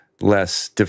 less